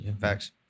Facts